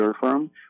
firm